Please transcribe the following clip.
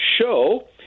Show